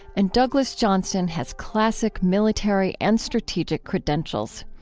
and douglas johnston has classic military and strategic credentials.